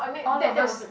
all of us